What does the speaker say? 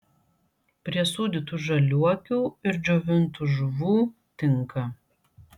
prie sūdytų žaliuokių ir džiovintų žuvų tinka